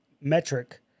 metric